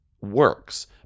works